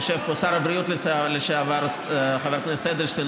יושב פה שר הבריאות לשעבר חבר הכנסת אדלשטיין,